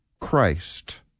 Christ